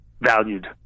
valued